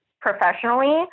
professionally